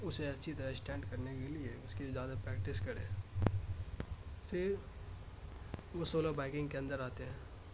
اسے اچھی طرح اسٹینڈ کرنے کے لیے اس کی زیادہ پریکٹس کرے پھر وہ سولو بائکنگ کے اندر آتے ہیں